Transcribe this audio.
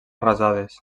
arrasades